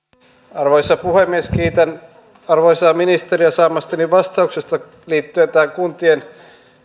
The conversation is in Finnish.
arvoisa puhemies kiitän arvoisaa ministeriä saamastani vastauksesta liittyen tähän kuntien